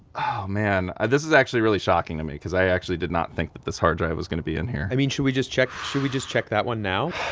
oh, man, this is actually really shocking to me because i actually did not think that this hard drive was going to be in here i mean, should we just check should we just check that one now?